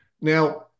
now